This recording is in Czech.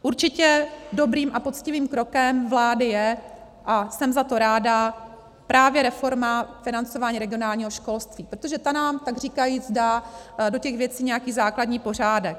Určitě dobrým a poctivým krokem vlády je, a jsem za to ráda, právě reforma financování regionálního školství, protože ta nám takříkajíc dá do těch věcí nějaký základní pořádek.